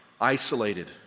isolated